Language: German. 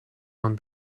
man